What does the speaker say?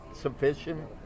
sufficient